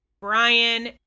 Brian